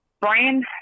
Brian